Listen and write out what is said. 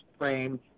frame